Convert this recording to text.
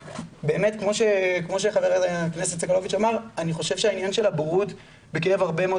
וכמו שח"כ סגלוביץ אמר אני חושב שהעניין של הבורות בקרב הרבה מאוד